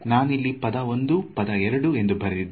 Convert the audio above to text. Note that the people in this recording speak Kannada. ನಾನಿಲ್ಲಿ ಪದ 1 ಮತ್ತು ಪದ 2 ಎಂದು ಬರೆದಿದ್ದೇನೆ